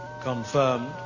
Confirmed